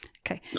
Okay